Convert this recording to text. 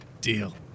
Deal